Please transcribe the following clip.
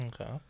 okay